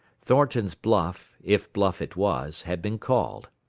thornton's bluff, if bluff it was, had been called.